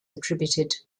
attributed